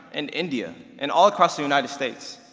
and india, and all across the united states.